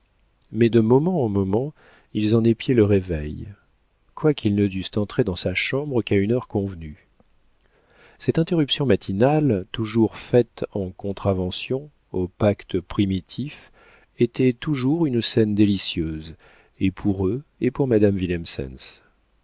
mais de moment en moment ils en épiaient le réveil quoiqu'ils ne dussent entrer dans sa chambre qu'à une heure convenue cette irruption matinale toujours faite en contravention au pacte primitif était toujours une scène délicieuse et pour eux et pour madame